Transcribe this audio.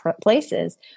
places